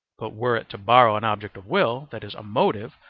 but were it to borrow an object of will, that is, a motive,